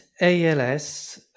ALS